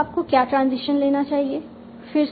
अब आपको क्या ट्रांजिशन लेना चाहिए